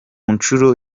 nshuro